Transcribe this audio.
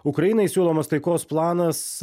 ukrainai siūlomas taikos planas